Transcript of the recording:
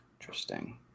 Interesting